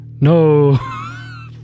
No